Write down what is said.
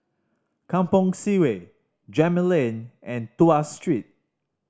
Kampong Sireh Gemmill Lane and Tuas Street